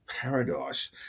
paradise